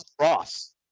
Ross